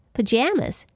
Pajamas